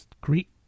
Greek